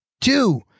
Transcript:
Two